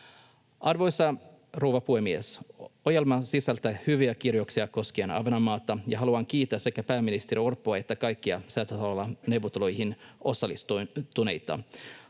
Arvoisa rouva puhemies! Ohjelma sisältää hyviä kirjauksia koskien Ahvenanmaata, ja haluan kiittää sekä pääministeri Orpoa että kaikkia Säätytalolla neuvotteluihin osallistuneita.